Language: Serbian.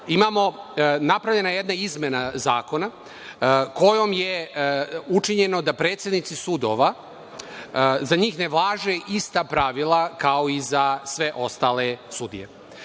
napravljena je jedna izmena Zakona kojom je učinjeno da za predsednike sudova ne važe ista pravila kao i za sve ostale sudije.